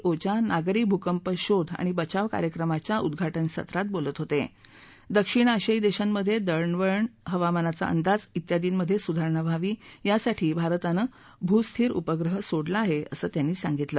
ओच्या नागरी भूकंप शोध आणि बचाव कार्यक्रमाच्या उद्दा जे सत्रात बोलत होत डेक्षिण आशियाई दक्षीमध डिळणवळण हवामानाचा अंदाज त्रियादींमध स्रिधारणा व्हावी यासाठी भारतानं भू स्थिर उपग्रह सोडला आह असं त्यांनी सांगितलं